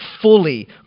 fully